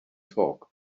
talk